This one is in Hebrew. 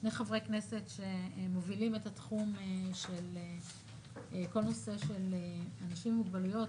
שני חברי כנסת שמובילים את התחום של הנושא של אנשים עם מוגבלויות,